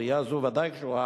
עלייה זו ודאי קשורה,